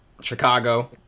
Chicago